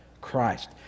Christ